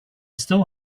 still